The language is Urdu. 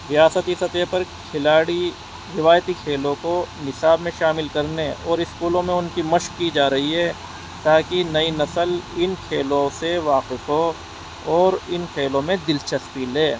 ریاستی سطح پر کھلاڑی روایتی کھیلوں کو نصاب میں شامل کرنے اور اسکولوں میں ان کی مشق کی جا رہی ہے تاکہ نئی نسل ان کھیلوں سے واقف ہو اور ان کھیلوں میں دلچسپی لے